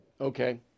okay